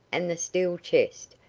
and the steel chest,